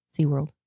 SeaWorld